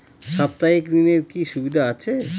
সাপ্তাহিক ঋণের কি সুবিধা আছে?